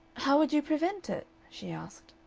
how would you prevent it? she asked.